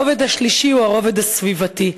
הרובד השלישי הוא הרובד הסביבתי.